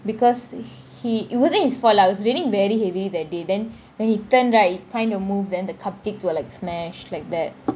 because he it wasn't his fault lah it was raining very heavily that day then when he turn right time to move than the cupcakes were like smashed like that